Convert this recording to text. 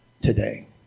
today